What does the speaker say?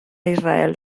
israel